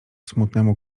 smutnemu